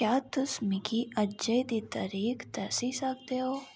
क्या तुस मिगी अज्जै दी तरीक दस्सी सकदे ओ